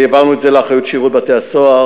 העברנו את זה לאחריות שירות בתי-הסוהר.